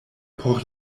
por